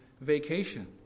vacation